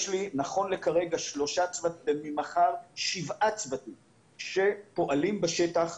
יש לי ממחר שבעה צוותים שפועלים בשטח.